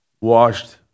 washed